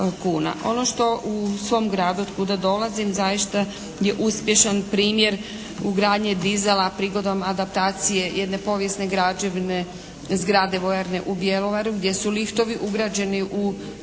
Ono što u svom gradu od kuda dolazim zaista je uspješan primjer ugradnje dizela prigodom adaptacije jedne povijesne građevine, zgrade vojarne u Bjelovaru, gdje su liftovi ugrađeni u dvorišni